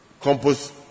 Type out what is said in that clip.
compost